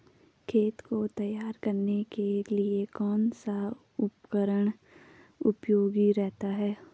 खेत को तैयार करने के लिए कौन सा उपकरण उपयोगी रहता है?